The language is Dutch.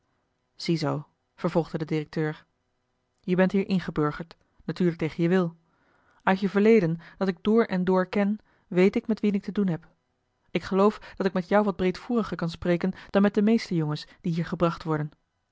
ziezoo vervolgde de directeur je bent hier ingeburgerd natuurlijk tegen je wil uit je verleden dat ik door en door ken weet ik met wien ik te doen heb ik geloof dat ik met jou wat breedvoeriger kan spreken dan met de meeste jongens die hier gebracht worden